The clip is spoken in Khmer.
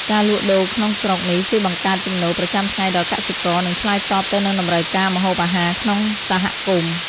ការលក់ដូរក្នុងស្រុកនេះជួយបង្កើតចំណូលប្រចាំថ្ងៃដល់កសិករ និងឆ្លើយតបទៅនឹងតម្រូវការម្ហូបអាហារក្នុងសហគមន៍។